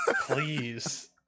Please